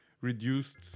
reduced